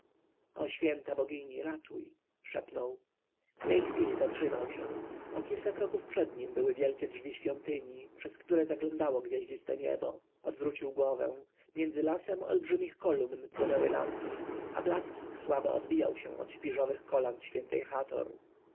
święta bogini ratuj szepnął w tej chwili zatrzymał się o kilka kroków przed nim były wielkie drzwi świątyni przez które zaglądało gwiaździste niebo odwrócił głowę między lasem olbrzymich kolumn płonęły lampy a blask ich słabo odbijał się od śpiżowych kolan świętej hator